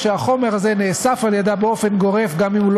או שהחומר הזה נאסף על-ידיה באופן גורף גם אם הוא לא